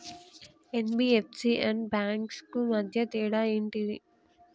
NBFC and banks కు మధ్య తేడా ఏంటిది?